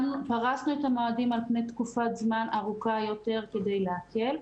פרסנו את המועדים על פני תקופת זמן ארוכה יותר כדי להקל,